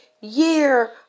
year